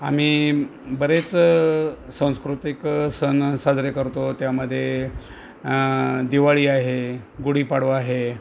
आम्ही बरेच संस्कृतिक सण साजरे करतो त्यामध्ये दिवाळी आहे गुढीपाडवा आहे